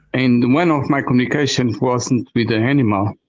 and one of my communication wasn't with a animal,